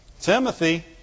Timothy